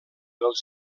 els